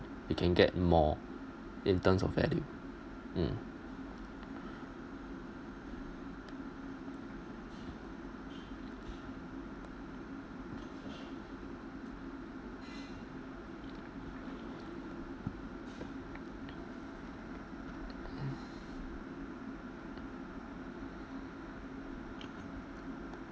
you can get more in terms of value mm